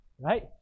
right